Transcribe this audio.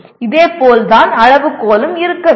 இதேபோல் தான் அளவுகோலும் இருக்க வேண்டும்